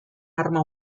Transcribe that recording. arma